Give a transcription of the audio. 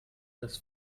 das